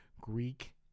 greek